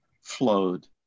flowed